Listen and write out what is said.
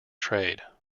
trade